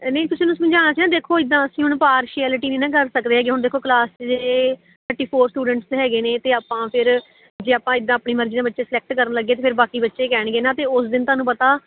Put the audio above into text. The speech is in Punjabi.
ਨਹੀਂ ਤੁਸੀਂ ਨੂੰ ਸਮਝਾਉਣਾ ਸੀ ਦੇਖੋ ਇੱਦਾਂ ਅਸੀਂ ਹੁਣ ਪਾਰਸ਼ੀਐਲਿਟੀ ਵੀ ਨਾ ਕਰ ਸਕਦੇ ਹੁਣ ਦੇਖੋ ਕਲਾਸ ਦੇ ਫੋਰ ਸਟੂਡੈਂਟਸ ਹੈਗੇ ਨੇ ਅਤੇ ਆਪਾਂ ਫਿਰ ਜੇ ਆਪਾਂ ਇੱਦਾਂ ਆਪਣੀ ਮਰਜ਼ੀ ਦੇ ਵਿੱਚ ਸਲੈਕਟ ਕਰਨ ਲੱਗੇ ਤਾਂ ਫਿਰ ਬਾਕੀ ਬੱਚੇ ਕਹਿਣਗੇ ਨਾ ਅਤੇ ਉਸ ਦਿਨ ਤੁਹਾਨੂੰ ਪਤਾ ਸਾਰੇ ਸਕੂਲ ਦਾ ਹੀ ਸਪੋਰਟਸ ਦੇ